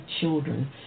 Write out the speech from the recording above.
children